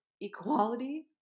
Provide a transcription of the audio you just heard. equality